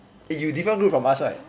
eh you different group from us right